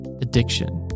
addiction